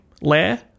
Lair